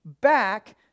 back